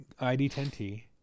ID10T